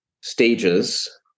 stages